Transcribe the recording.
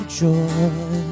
joy